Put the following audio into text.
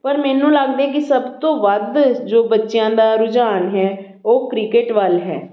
ਪਰ ਮੈਨੂੰ ਲੱਗਦਾ ਕਿ ਸਭ ਤੋਂ ਵੱਧ ਜੋ ਬੱਚਿਆਂ ਦਾ ਰੁਝਾਨ ਹੈ ਉਹ ਕ੍ਰਿਕਟ ਵੱਲ ਹੈ